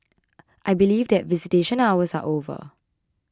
I believe that visitation hours are over